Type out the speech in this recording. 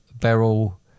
Beryl